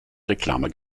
reklame